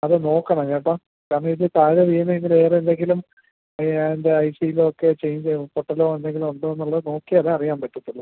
അത് നോക്കണം കേട്ടാ കാരണം ഇത് താഴെ വീണ് ഇത് വേറെ എന്തെങ്കിലും ഇതിൻ്റെ ഐ സി യിലോ ഒക്കെ ചേഞ്ച് പൊട്ടലോ എന്തെങ്കിലും ഉണ്ടോ എന്നുള്ളത് നോക്കിയാലെ അറിയാൻ പറ്റത്തുള്ളൂ